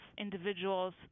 individuals